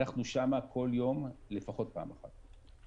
אנחנו שמה כל יום לפחות פעם אחת.